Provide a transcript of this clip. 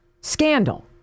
scandal